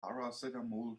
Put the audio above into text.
paracetamol